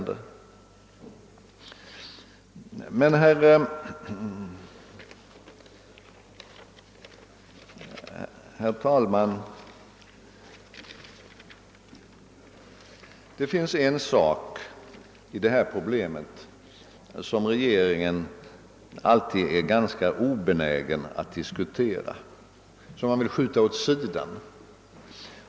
Det finns emellertid en aspekt av detta problem som regeringen alltid är ganska obenägen att diskutera och vill skjuta åt sidan.